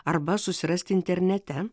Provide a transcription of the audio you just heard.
arba susirast internete